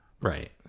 right